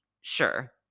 Sure